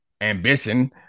ambition